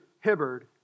Hibbard